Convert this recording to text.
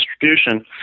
distribution